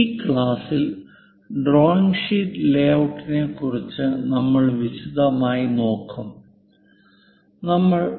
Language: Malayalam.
ഈ ക്ലാസ്സിൽ ഡ്രോയിംഗ് ഷീറ്റ് ലേഔട്ടിനെക്കുറിച്ച് നമ്മൾ വിശദമായി നോക്കും നമ്മൾ